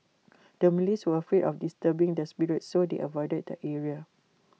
the Malays were afraid of disturbing the spirits so they avoided the area